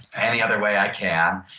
any other way i can,